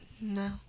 No